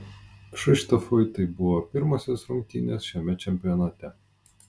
kšištofui tai buvo pirmosios rungtynės šiame čempionate